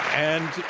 and,